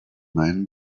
man